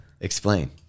Explain